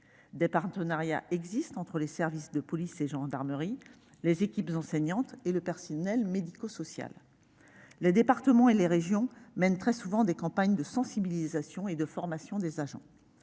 Des partenariats entre les services de police et de gendarmerie, les équipes enseignantes et le personnel médico-social existent. Les départements et les régions mènent également très souvent des campagnes de sensibilisation et de formation de leurs agents.